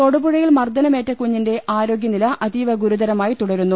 തൊടുപുഴയിൽ മർദ്ദനമേറ്റ കുഞ്ഞിന്റെ ആരോഗ്യനില അതീവ ഗുരുതരമായി തൂടരുന്നു